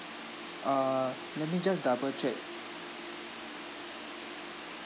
uh let me just double check